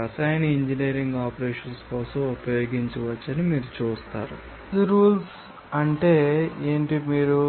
refer slide time 0124 phase rules అంటే ఏమిటి మరియు